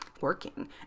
working